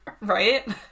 right